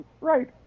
Right